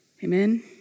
Amen